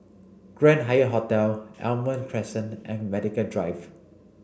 Grand Hyatt Hotel Almond Crescent and Medical Drive